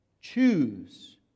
Choose